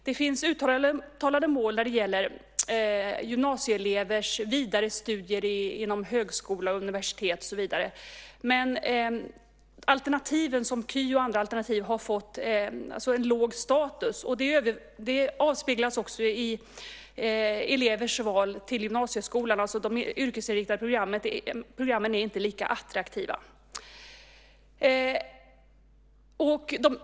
Det finns uttalade mål när det gäller gymnasieelevers vidarestudier inom högskola, universitet och så vidare, men alternativen, såsom KY och andra alternativ, har fått låg status. Det avspeglas också i elevers val till gymnasieskolan, där de yrkesinriktade programmen inte är lika attraktiva.